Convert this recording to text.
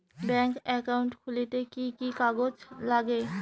Bank account খুলতে কি কি কাগজ লাগে?